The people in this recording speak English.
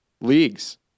leagues